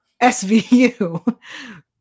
SVU